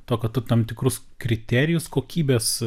to kad tam tikrus kriterijus kokybės